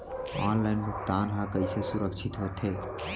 Online भुगतान हा कइसे सुरक्षित होथे?